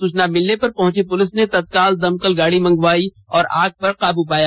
सूचना मिलने पर पहुंची पुलिस ने तत्काल दमकल गाड़ी मंगवाई और आग पर काबू पाया